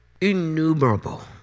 innumerable